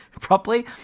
properly